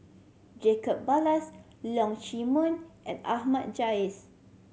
Jacob Ballas Leong Chee Mun and Ahmad Jais